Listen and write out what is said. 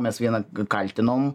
mes vieną kaltinom